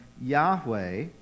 Yahweh